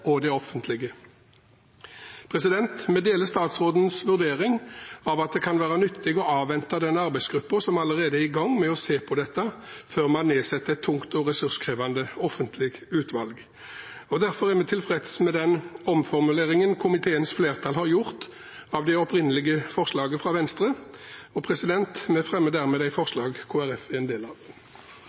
og det offentlige. Vi deler statsrådens vurdering av at det kan være nyttig å avvente arbeidsgruppen som allerede er i gang med å se på dette, før vi nedsetter et tungt og ressurskrevende offentlig utvalg. Derfor er vi tilfreds med den omformuleringen som komiteens flertall har gjort av det opprinnelige forslaget fra Venstre, og vi støtter komiteens innstilling. Venstres representanter ønsker å redusere offentlig aktivitet i det de